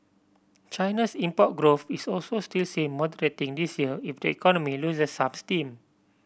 China's import growth is also still seen moderating this year if the economy loses some steam